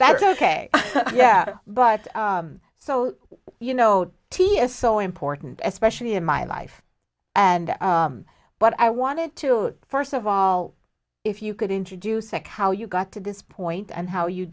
that's ok yeah but so you know t v is so important especially in my life and but i wanted to first of all if you could introduce and how you got to this point and how you